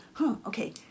okay